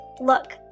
Look